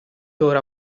ora